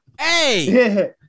Hey